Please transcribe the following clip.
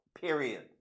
period